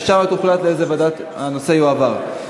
ושם יוחלט לאיזו ועדה הנושא יועבר.